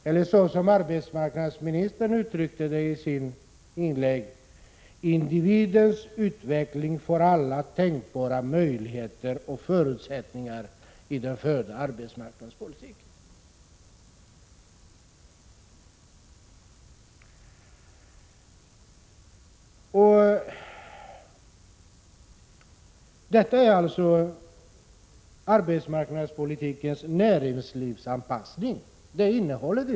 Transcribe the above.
Eller, som arbetsmarknadsministern uttryckte det i sitt inlägg, individens utveckling får alla tänkbara möjligheter och förutsättningar genom den förda arbetsmarknadspolitiken. Detta är alltså innehållet i arbetsmarknadspolitikens näringslivsanpassning.